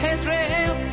Israel